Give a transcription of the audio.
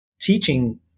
teaching